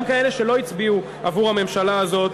גם כאלה שלא הצביעו עבור הממשלה הזאת,